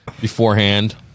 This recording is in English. beforehand